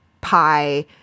pie